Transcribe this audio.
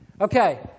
Okay